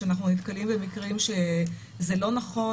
כשאנחנו נתקלים במקרים שזה לא נכון